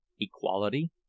equality